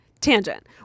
Tangent